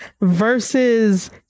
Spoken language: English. versus